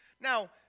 Now